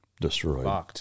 destroyed